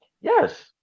Yes